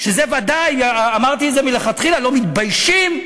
שזה ודאי, אמרתי את זה מלכתחילה, לא מתביישים?